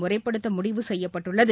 முறைப்படுத்த முடிவு செய்யப்பட்டுள்ளது